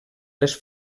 les